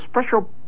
special